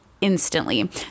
instantly